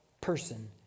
person